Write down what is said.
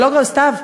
סתיו,